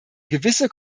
gewisse